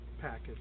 package